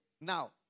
Now